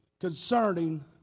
concerning